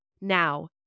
Now